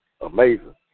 Amazing